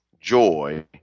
joy